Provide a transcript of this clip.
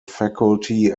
faculty